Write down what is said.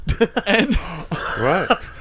Right